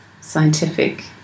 scientific